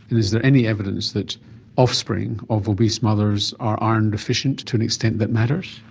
and is there any evidence that offspring of obese mothers are iron deficient to to an extent that matters?